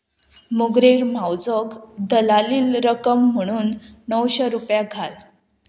मोगरेर म्हावजोकलाली रक्कम म्हणून णवशें रुपया घाल